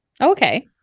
Okay